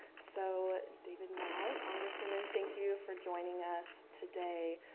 so david mao, congresswoman, thank you for joining us today,